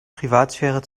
privatsphäre